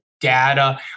data